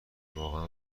واقعا